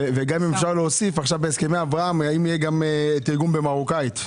אם אפשר להוסיף, אם יהיה תרגום במרוקאית.